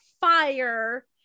fire